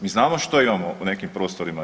Mi znamo što imamo u nekim prostorima RH.